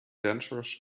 dancers